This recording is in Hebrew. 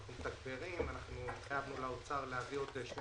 אנחנו מתגברים והתחייבנו לאוצר להביא עוד שני